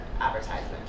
advertisements